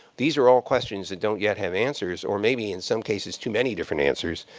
these are all questions that don't yet have answers or maybe, in some cases, too many different answers,